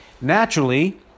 Naturally